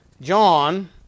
John